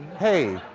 hey,